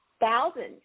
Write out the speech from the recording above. thousands